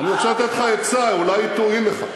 אני רוצה לתת לך עצה, אולי היא תועיל לך.